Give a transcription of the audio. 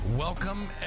Welcome